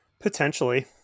Potentially